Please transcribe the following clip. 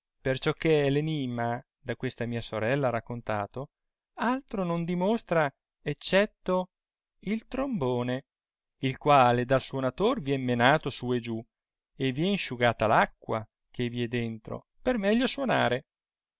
perciò che enimma da quemia sorella raccontato altro non dimostra eccetto il trombone il quale dal suonatore vien menato su e giù e vien sciugata l'acqua che vi è dentro per meglio suonare